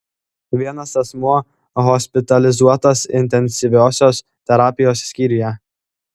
vienas asmuo hospitalizuotas intensyviosios terapijos skyriuje